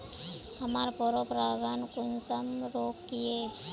हमार पोरपरागण कुंसम रोकीई?